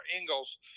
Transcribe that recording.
Ingalls